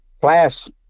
class